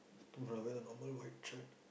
two cover the normal white shirt